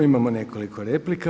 Imamo nekoliko replika.